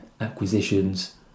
acquisitions